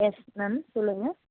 yes ma'am சொல்லுங்கள்